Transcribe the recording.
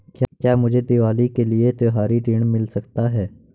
क्या मुझे दीवाली के लिए त्यौहारी ऋण मिल सकता है?